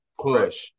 push